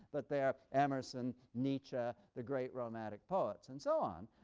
but they are emerson, nietzsche, the great romantic poets, and so on.